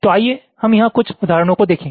तो आइए हम यहां कुछ उदाहरणों को देखें